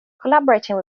collaborating